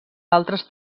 altres